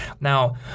Now